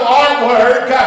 artwork